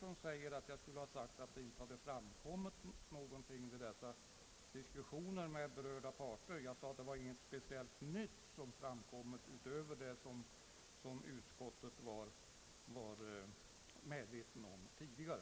Enligt herr Pet tersson skulle jag ha sagt att det inte framkommit någonting vid diskussionerna med berörda parter. Jag sade i själva verket att inget speciellt nytt framkommit utöver det som utskottet kände till redan tidigare.